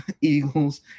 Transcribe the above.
Eagles